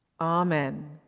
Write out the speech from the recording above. Amen